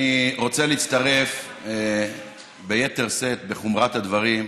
אני רוצה להצטרף ביתר שאת, בחומרת הדברים,